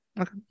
Okay